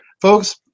folks